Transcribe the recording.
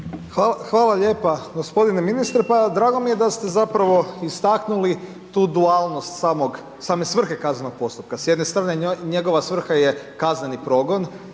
Hvala lijepa g. ministre, pa drago mi je da ste zapravo istaknuli tu dualnost same svrhe kaznenog postupka. S jedne strane njegova svrha je kazneni progon